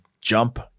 jump